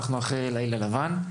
אנחנו אחרי לילה לבן.